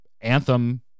Anthem